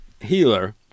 healer